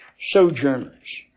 sojourners